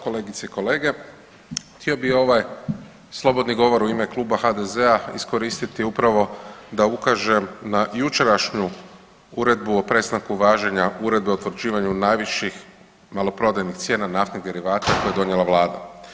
Kolegice i kolege, htio bih ovaj slobodni govor u ime Kluba HDZ-a iskoristiti upravo da ukažem na jučerašnju Uredbu o prestanku važenja Uredbe o utvrđivanju najviših maloprodajnih cijena naftnih derivata koje je donijela vlada.